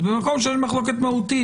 אז במקום שאין מחלוקת מהותית,